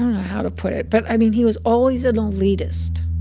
how to put it. but, i mean, he was always an elitist